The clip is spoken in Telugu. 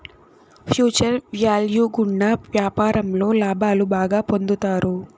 ఫ్యూచర్ వ్యాల్యూ గుండా వ్యాపారంలో లాభాలు బాగా పొందుతారు